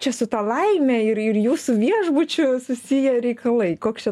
čia su ta laime ir ir jūsų viešbučiu susiję reikalai koks čia